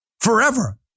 Forever